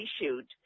issued